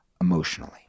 emotionally